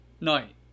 night